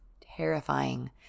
terrifying